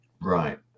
Right